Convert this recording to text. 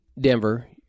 Denver